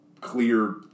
clear